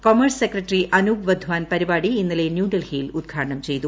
commerce secretary Anup Wadhawan പരിപാടി ഇന്നലെ ന്യൂഡൽഹിയിൽ ഉദ്ഘാടനം ചെയ്തു